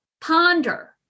ponder